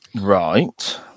Right